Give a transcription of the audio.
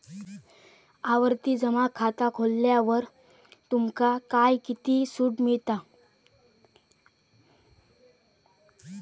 आवर्ती जमा खाता खोलल्यावर तुमका काय किती सूट मिळता?